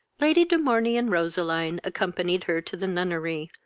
lady de morney and roseline accompanied her to the nunnery,